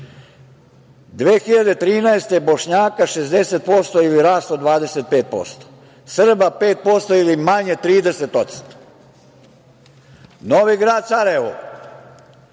2013. Bošnjaka 60% ili rast od 25%, Srba 5% ili manje 30%.Novi Grad Sarajevo